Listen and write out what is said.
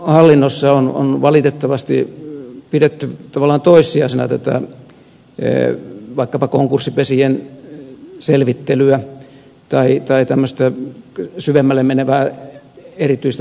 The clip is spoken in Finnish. verohallinnossa on valitettavasti pidetty tavallaan toissijaisena vaikkapa konkurssipesien selvittelyä tai tämmöistä syvemmälle menevää erityistä tarkastustoimintaa